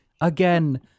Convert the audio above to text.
Again